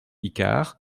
icard